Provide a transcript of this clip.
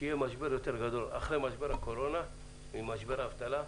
שיהיה משבר יותר גדול אחרי משבר הקורונה עם משבר האבטלה.